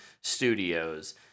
studios